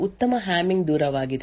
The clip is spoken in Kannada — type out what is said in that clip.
1 ಉತ್ತಮ ಹ್ಯಾಮಿಂಗ್ ದೂರವಾಗಿದೆ